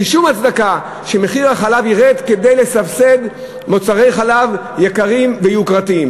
אין שום הצדקה שמחיר החלב ירד כדי לסבסד מוצרי חלב יקרים ויוקרתיים.